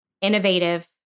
innovative